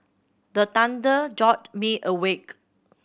the thunder jolt me awake